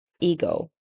ego